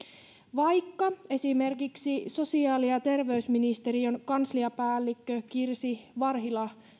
vaikka esimerkiksi sosiaali ja terveysministeriön kansliapäällikkö kirsi varhila